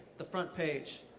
the front page.